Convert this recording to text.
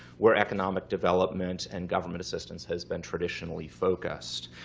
where economic development and government assistance has been traditionally focused.